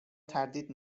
تردید